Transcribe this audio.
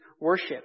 worship